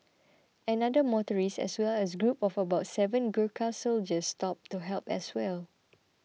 another motorist as well as a group of about seven Gurkha soldiers stopped to help as well